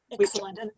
Excellent